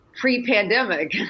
pre-pandemic